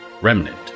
Remnant